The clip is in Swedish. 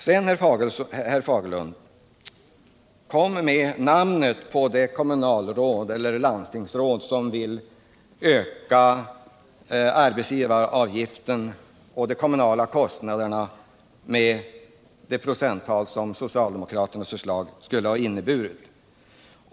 Sedan, herr Fagerlund, kom med namnen på de kommunalråd eller landstingsråd som vill öka arbetsgivaravgiften och de kommunala kostnaderna med det procenttal som socialdemokraternas politik skulle ha inneburit!